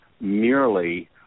merely